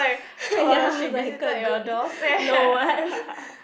ya is like quite good no I haven't